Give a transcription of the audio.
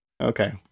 Okay